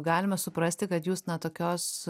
galima suprasti kad jūs na tokios